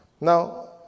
Now